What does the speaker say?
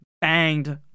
banged